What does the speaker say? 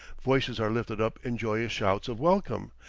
voices are lifted up in joyous shouts of welcome,